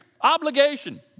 Obligation